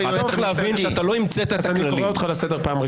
שגית שתיתן את דעתה על הדבר הזה.